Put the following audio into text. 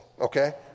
okay